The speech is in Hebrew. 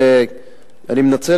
ואני מנצל,